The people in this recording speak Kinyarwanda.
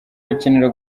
bakenera